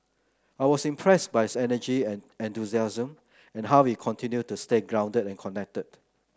I was impressed by his energy and enthusiasm and how he continued to stay grounded and connected